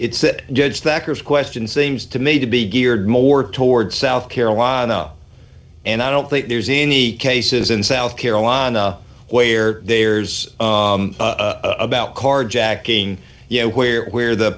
it's that judge backers question seems to me to be geared more toward south carolina and i don't think there's any cases in south carolina where there's about carjacking you know where where the